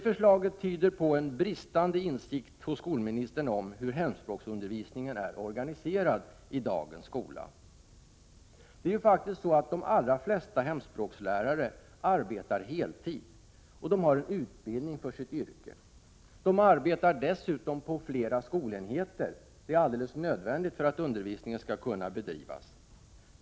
Förslaget tyder på en bristande insikt hos skolminstern om hur hemspråksundervisningen är organiserad i dagens skola. De allra flesta hemspråkslärarna arbetar heltid, de har utbildning för sitt yrke och de arbetar dessutom på flera olika skoleenheter, vilket är nödvändigt för att undervisningen skall kunnå bedrivas.